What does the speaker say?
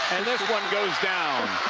this one goes down.